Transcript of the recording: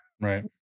Right